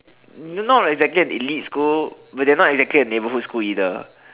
not exactly an elite school but they're not exactly a neighbourhood school either